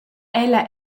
ella